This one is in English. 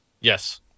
Yes